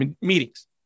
meetings